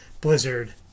blizzard